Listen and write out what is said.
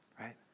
right